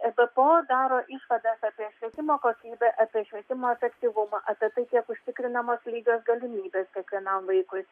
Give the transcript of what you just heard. espo daro išvadas apie švietimo kokybę apie švietimo efektyvumą apie tai kiek užtikrinamos lygios galimybės kiekvienam vaikui